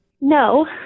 No